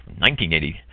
1980